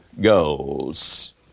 goals